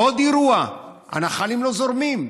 עוד אירוע: הנחלים לא זורמים,